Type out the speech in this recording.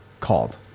called